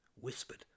whispered